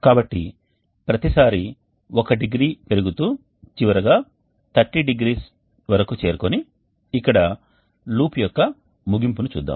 కాబట్టి ప్రతి సారి ఒక డిగ్రీ పెరుగుతూ చివరగా 30 డిగ్రీల వరకు చేరుకొని ఇక్కడ లూప్ యొక్క ముగింపును చూద్దాం